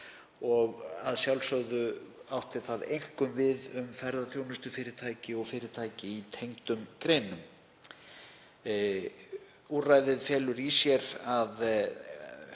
og að sjálfsögðu átti það einkum við um ferðaþjónustufyrirtæki og fyrirtæki í tengdum greinum. Úrræðið felur í sér að